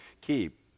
keep